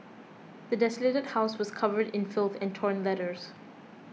the desolated house was covered in filth and torn letters